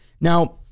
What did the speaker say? Now